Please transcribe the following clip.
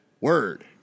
word